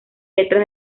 letras